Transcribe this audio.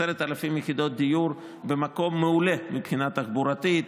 10,000 יחידות דיור במקום מעולה מבחינה תחבורתית,